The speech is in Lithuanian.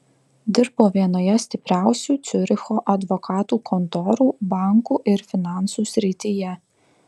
dirbo vienoje stipriausių ciuricho advokatų kontorų bankų ir finansų srityje